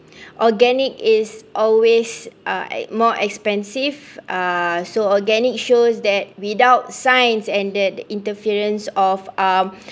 organic is always uh more expensive uh so organic shows that without science and that interference of um